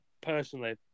personally